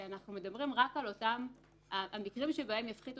השני, כשאנחנו מדברים על המקרים שבהם יפחיתו